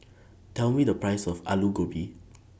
Tell Me The Price of Alu Gobi